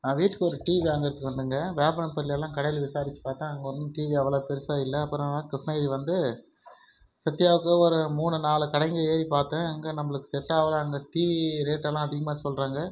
நான் வீட்டுக்கு ஒரு டிவி வாங்குறத்துக்கு வந்தேங்க வியாபாரம் பொருளெல்லாம் கடையில் விசாரிச்சு பார்த்தேன் அங்கே வந்து டிவி அவ்வளோ பெரிசா இல்லை அப்பறமா கிருஷ்ணகிரி வந்து சத்யாவுக்கு ஒரு மூணு நாலு கடைங்க ஏறி பார்த்தேன் அங்கே நம்மளுக்கு செட் ஆவலை அங்கே டிவி ரேட்டெல்லாம் அதிகமாக சொல்கிறாங்க